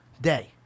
day